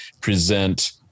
present